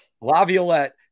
laviolette